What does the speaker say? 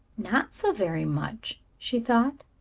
not so very much, she thought.